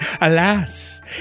Alas